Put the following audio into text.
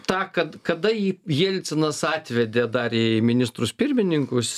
tą kad kada jį jelcinas atvedė dar į ministrus pirmininkus